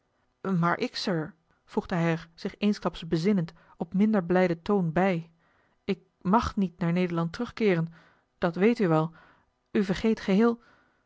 maar ik sir voegde hij er zich eensklaps bezinnend op minder blijden toon bij ik mag niet naar nederland terugkeeren dat weet u wel u vergeet geheel